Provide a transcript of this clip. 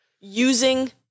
using